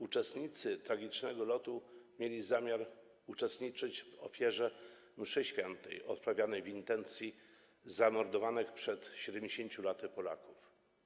Uczestnicy tragicznego lotu mieli zamiar wziąć udział w ofierze mszy świętej odprawianej w intencji zamordowanych przed 70. laty Polaków.